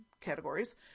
categories